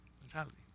mentality